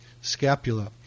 scapula